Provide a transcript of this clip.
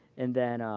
and then